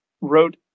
wrote